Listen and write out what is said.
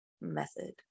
method